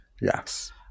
Yes